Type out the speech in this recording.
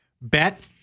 bet